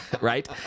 right